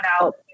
out